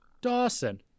dawson